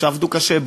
ועבדו קשה,